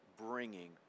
bringing